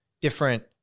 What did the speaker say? different